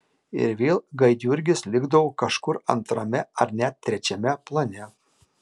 ir vėl gaidjurgis likdavo kažkur antrame ar net trečiame plane